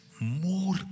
more